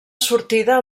sortida